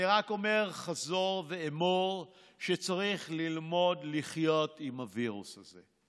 אני רק אומר חזור ואמור שצריך ללמוד לחיות עם הווירוס הזה.